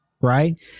right